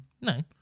No